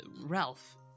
Ralph